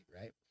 right